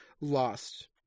lost